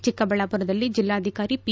ಚಿಕ್ಕಬಳ್ಳಾಪುರದಲ್ಲಿ ಜಿಲ್ಲಾಧಿಕಾರಿ ಪಿ